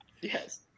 Yes